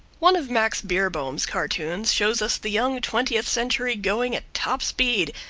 one of max beerbohm's cartoons shows us the young twentieth century going at top speed,